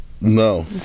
No